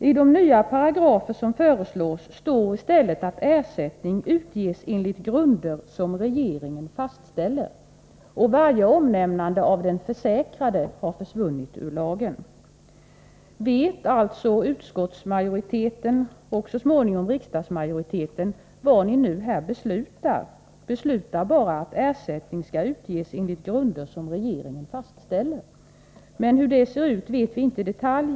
I de nya paragrafer som föreslås står i stället att ersättning utges enligt grunder som regeringen fastställer, och varje omnämnande av ”den försäkrade” har försvunnit ur lagen. Vet utskottsmajoriteten och så småningom riksdagsmajoriteten vad ni nu här beslutar? Ni beslutar bara att ersättning skall utges enligt grunder som regeringen fastställer, men hur de ser ut vet vi inte i detalj.